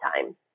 time